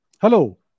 Hello